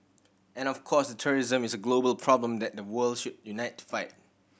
and of course terrorism is a global problem that the world should unite fight